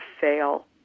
fail